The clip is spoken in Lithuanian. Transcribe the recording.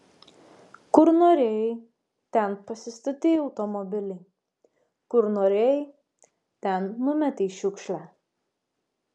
kur norėjai ten pasistatei automobilį kur norėjai ten numetei šiukšlę